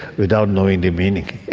without knowing the meaning.